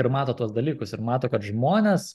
ir mato tuos dalykus ir mato kad žmonės